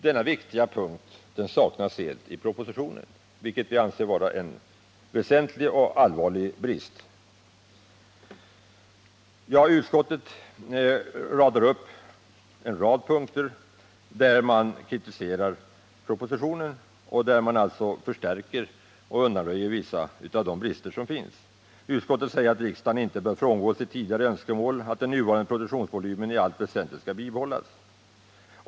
Denna viktiga punkt saknas helt i propositionen, vilket vi anser vara allvarlig brist. Utskottet kritiserar alltså propositionen på en rad punkter, där man förstärker förslagen och undanröjer en del av bristerna. Utskottet anser ”att riksdagen inte bör frångå sitt tidigare önskemål om att den nuvarande produktionsvolymen i allt väsentligt skall bibehållas”.